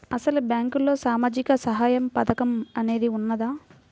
అసలు బ్యాంక్లో సామాజిక సహాయం పథకం అనేది వున్నదా?